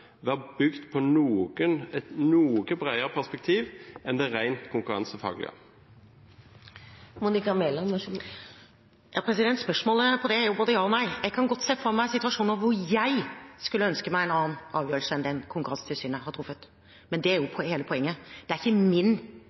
på et noe bredere perspektiv enn det rent konkurransefaglige? Svaret på det er både ja og nei. Jeg kan godt se for meg situasjoner hvor jeg skulle ønsket meg en annen avgjørelse enn den Konkurransetilsynet har truffet, men det er hele poenget. Det er ikke min